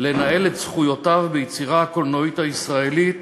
לנהל את זכויותיו ביצירה הקולנועית הישראלית,